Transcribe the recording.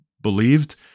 believed